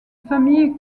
famille